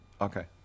Okay